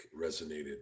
resonated